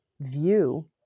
view